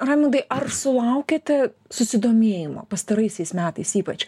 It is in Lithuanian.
raimundai ar sulaukiate susidomėjimo pastaraisiais metais ypač